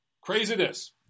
Craziness